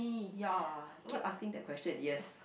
ya keep asking that question yes